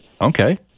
Okay